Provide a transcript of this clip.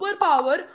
superpower